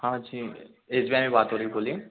हाँ जी S B I में बात हो रही है बोलिए